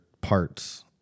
parts